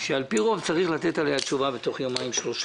שעל פי רוב צריך לתת עליה תשובה בתוך יומיים-שלושה.